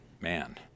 man